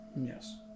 Yes